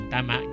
Tama